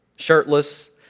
shirtless